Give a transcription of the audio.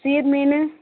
சீர் மீன்